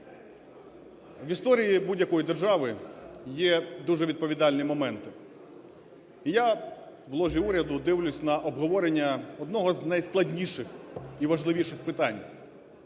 В історії будь-якої держави є дуже відповідальні момент, і я в ложі уряду дивлюсь на обговорення одного з найскладніших і важливіших питань.